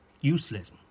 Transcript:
useless